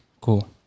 Cool